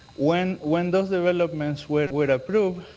when when those developments were were approved,